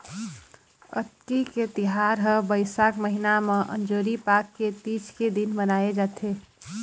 अक्ती के तिहार ह बइसाख महिना म अंजोरी पाख के तीज के दिन मनाए जाथे